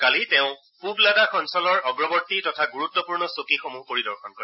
কালি তেওঁ পূৱ লাডাখ অঞ্চলৰ অগ্ৰবৰ্তী তথা গুৰুত্বপৰ্ণ চকীসমূহ পৰিদৰ্শন কৰে